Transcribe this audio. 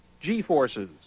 G-forces